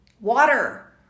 water